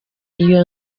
iyo